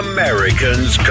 Americans